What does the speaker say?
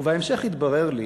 ובהמשך התברר לי